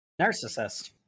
Narcissist